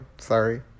sorry